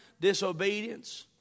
disobedience